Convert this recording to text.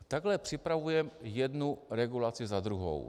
Takhle připravujeme jednu regulaci za druhou.